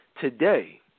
Today